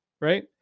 right